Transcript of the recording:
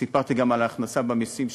סיפרתי גם על ההכנסה ממסים,